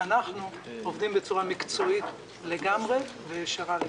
אנחנו עובדים בצורה מקצועית לגמרי וישרה לגמרי.